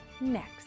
next